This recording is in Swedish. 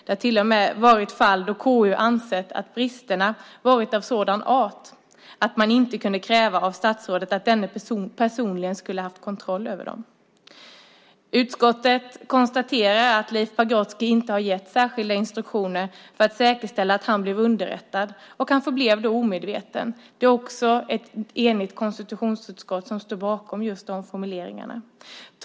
Det har till och med varit fall då KU ansett att bristerna varit av sådan art att man inte kunnat kräva av statsrådet att denne personligen skulle ha kontroll över dem. Utskottet konstaterar att Leif Pagrotsky inte har gett särskilda instruktioner för att säkerställa att han blev underrättad. Han förblev då omedveten. Det är också ett enigt konstitutionsutskott som står bakom de formuleringarna.